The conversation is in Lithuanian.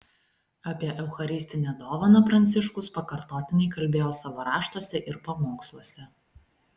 apie eucharistinę dovaną pranciškus pakartotinai kalbėjo savo raštuose ir pamoksluose